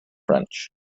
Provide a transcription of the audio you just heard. french